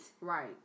Right